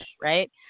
Right